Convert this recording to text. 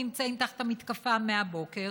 נמצאים תחת המתקפה מהבוקר,